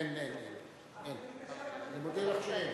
אין, אין, אני מודיע לך שאין.